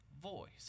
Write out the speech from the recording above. voice